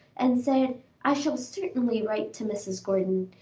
and said i shall certainly write to mrs. gordon,